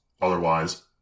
otherwise